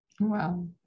Wow